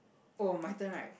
oh my turn right